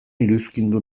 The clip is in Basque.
iruzkindu